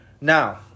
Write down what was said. Now